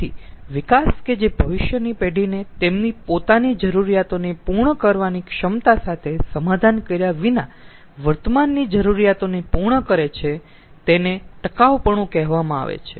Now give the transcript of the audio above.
તેથી વિકાસ કે જે ભવિષ્યની પેઢીને તેમની પોતાની જરૂરિયાતોને પૂર્ણ કરવાની ક્ષમતા સાથે સમાધાન કર્યા વિના વર્તમાનની જરૂરિયાતોને પૂર્ણ કરે છે જેને ટકાઉપણું કહેવામાં આવે છે